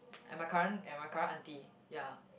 and my current and my current auntie ya